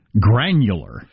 Granular